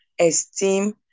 esteem